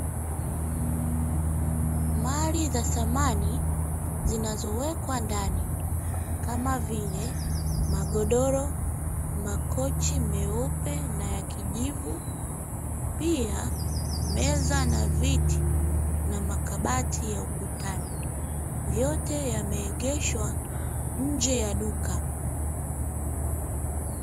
Mali za samani zinazowekwa ndani, kama vile, magodoro, makochi meupe na ya kijivu, pia meza na viti na makabati ya ukutani, yote yameegeshwa nje ya duka.